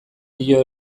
dio